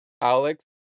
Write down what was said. Alex